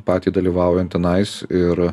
patį dalyvaujant tenais ir